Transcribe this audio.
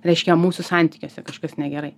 reiškia mūsų santykiuose kažkas negerai